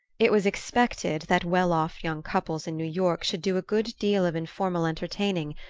it was expected that well-off young couples in new york should do a good deal of informal entertaining,